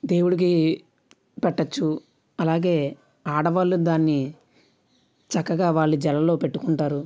దేవుడికి పెట్టవచ్చు అలాగే ఆడవాళ్ళు దాన్ని చక్కగా వాళ్ళ జడలో పెట్టుకుంటారు